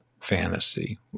fantasy